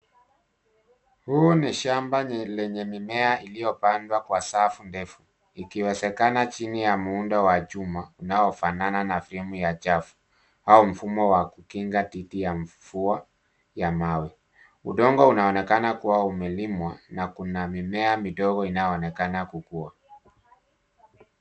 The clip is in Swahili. Huu ni shamba lenye mimea iliyopandwa kwa safu ndefu ikiwezekana chini ya muundo wa chuma unaofanana na sehemu ya chafu au mfumo wa kinga dhidi ya mvua ya mawe. Udongo unaonekana kuwa umelimwa na kuna mimea midogo inayoonekana kukua.